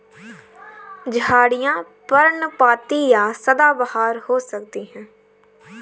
झाड़ियाँ पर्णपाती या सदाबहार हो सकती हैं